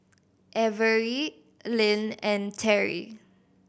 Averie Lynn and Terry